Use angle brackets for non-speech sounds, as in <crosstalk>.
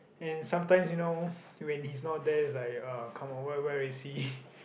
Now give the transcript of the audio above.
and sometimes you know <breath> when he's not there it's like uh come on where where is he <breath>